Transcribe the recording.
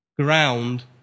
ground